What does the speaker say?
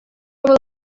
вӑл